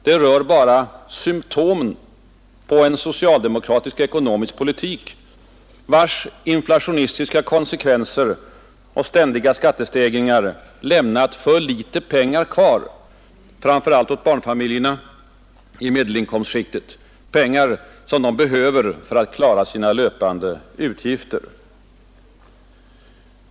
De rör bara symtomen av en socialdemokratisk ekonomisk politik, vars inflationistiska konsekvenser och ständiga skattestegringar lämnat för litet pengar kvar, framför allt åt barnfamiljerna i medelinkomstskiktet — pengar som de behöver för att klara sina löpande utgifter.